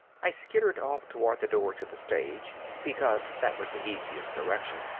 i skittered off toward the door to the stage, because that was the easiest direction.